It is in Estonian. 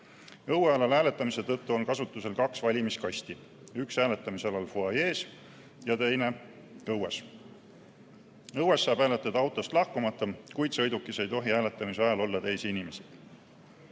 Õuealal hääletamise tõttu on kasutusel kaks valimiskasti: üks hääletamisalal fuajees ja teine õues. Õues saab hääletada autost lahkumata, kuid sõidukis ei tohi hääletamise ajal olla teisi inimesi.